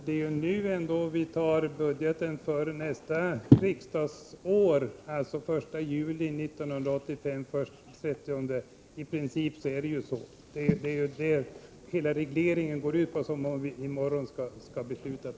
Herr talman! Det är ändå nu vi fattar beslut om budgeten för nästa budgetår, alltså från den 1 juli 1985 till den 30 juni 1986. I princip är det ju så. Det är detta hela den statsreglering går ut på som vi i morgon skall fatta beslut om.